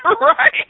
Right